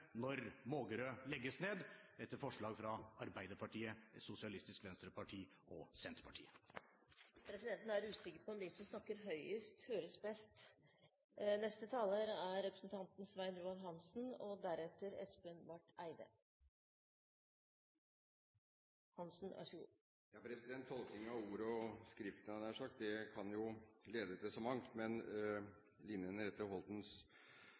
når Mågerø legges ned – etter forslag fra Arbeiderpartiet, Sosialistisk Venstreparti og Senterpartiet. Tolkning av ord og skrift kan jo lede til så mangt, men Line